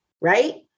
right